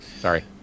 Sorry